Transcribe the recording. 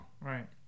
Right